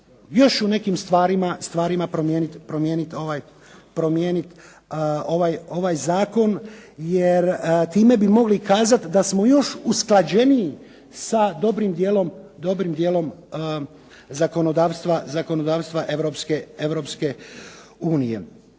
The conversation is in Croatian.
još u nekim stvarima promijeniti ovaj zakon jer time bi mogli kazati da smo još usklađeniji sa dobrim djelom zakonodavstva Europske unije.